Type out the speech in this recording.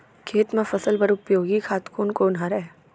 खेत म फसल बर उपयोगी खाद कोन कोन हरय?